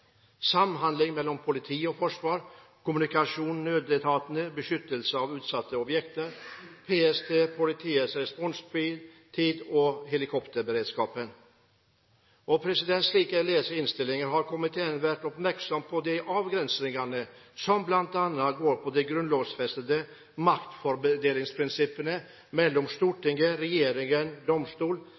samhandling mellom politiet og Forsvaret, kommunikasjon i nødetatene, beskyttelse av utsatte objekter, PST, politiets responstid og helikopterberedskapen. Slik jeg leser innstillingen, har komiteen vært oppmerksom på de avgrensninger som bl.a. går på det grunnlovfestede maktfordelingsprinsipp mellom Stortinget, regjeringen